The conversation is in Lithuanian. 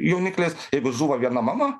jaunikliais jeigu žūva viena mama